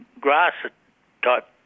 grass-type